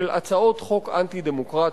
של הצעות חוק אנטי-דמוקרטיות,